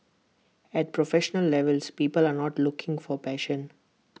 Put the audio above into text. at professional levels people are not looking for passion